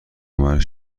مرد